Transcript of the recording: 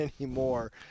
anymore